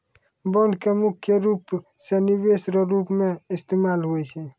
bond के मुख्य रूप से निवेश रो रूप मे इस्तेमाल हुवै छै